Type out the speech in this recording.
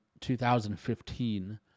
2015